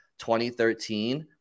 2013